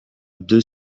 deux